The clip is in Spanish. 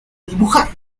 dibujar